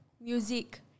music